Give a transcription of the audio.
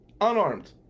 unarmed